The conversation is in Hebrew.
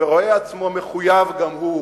ורואה עצמו מחויב גם הוא